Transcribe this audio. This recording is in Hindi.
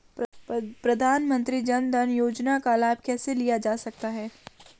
प्रधानमंत्री जनधन योजना का लाभ कैसे लिया जा सकता है?